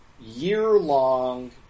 year-long